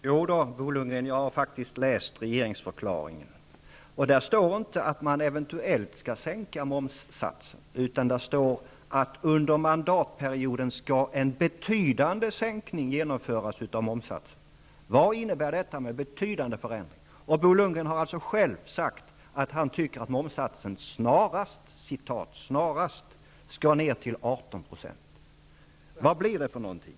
Fru talman! Jo, Bo Lundgren, jag har faktiskt läst regeringsförklaringen. Där står inte att man eventuellt skall sänka momssatsen, utan där står att en betydande sänkning av momssatsen skall genomföras under mandatperioden. Vad innebär denna ''betydande sänkning''? Bo Lundgren har själv sagt att momssatsen ''snarast'' skall sänkas till 18 %. Vad kommer att hända?